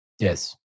yes